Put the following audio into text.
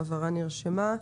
ההבהרה נרשמה.